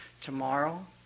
tomorrow